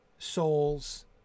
souls